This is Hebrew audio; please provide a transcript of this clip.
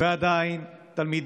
הרב